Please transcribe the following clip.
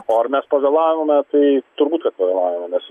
o ar mes pavėlavome tai turbūt kad pavėlavome nes